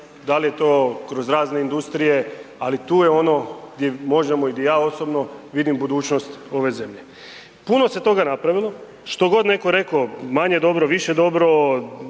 da li je to kroz razne industrije, ali tu je ono gdje možemo i di ja osobno, vidim budućnost ove zemlje. Puno se toga napravilo, što god netko rekao, manje dobro, više dobro,